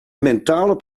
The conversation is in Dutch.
mentale